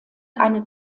eine